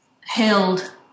held